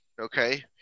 okay